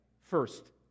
First